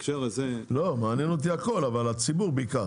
לא, מעניין אותי הכול, אבל הציבור בעיקר.